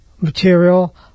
material